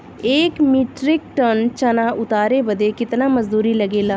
एक metric ton चना उतारे बदे कितना मजदूरी लगे ला?